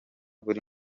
buri